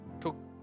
took